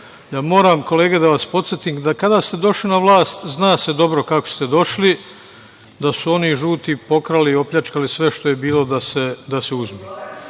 ostane. Moram kolege da vas podsetim, da kada ste došli na vlast, zna se dobro kako ste došli, da su oni žuti pokrali i opljačkali sve što je bilo da se